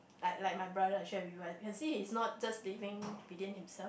like like brother I shared with you right can see he's not just living within himself